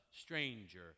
stranger